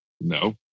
No